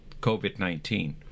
COVID-19